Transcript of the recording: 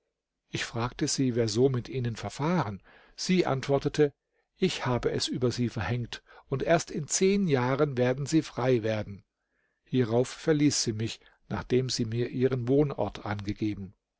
ich fragte sie wer so mit ihnen verfahren sie antwortete ich habe es über sie verhängt und erst in zehn jahren werden sie frei werden hierauf verließ sie mich nachdem sie mir ihren wohnort angegeben